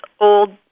old